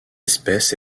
espèce